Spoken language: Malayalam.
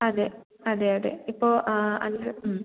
അതെ അതെ അതെ ഇപ്പോൾ ആ അല്ല